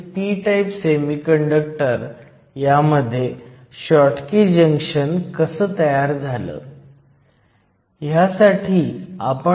हा diffusion current आहे आपल्याकडे p बाजूपासून n बाजूकडे जाणारे होल्स आहेत ते मूलत एकमेकांना भेटतात आणि नष्ट करतात ज्यामुळे तुमच्याकडे डिप्लीशन रिजन असतो